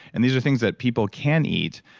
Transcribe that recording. and these are things that people can eat,